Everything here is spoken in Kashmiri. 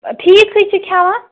ٹھیٖکٕے چھِ کھٮ۪وان